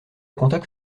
contact